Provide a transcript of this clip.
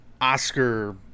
Oscar